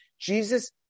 Jesus